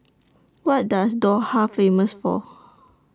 What dose Doha Famous For